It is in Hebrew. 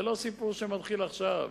זה לא סיפור שמתחיל עכשיו.